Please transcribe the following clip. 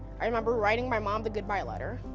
i remember writing my mom the goodbye letter.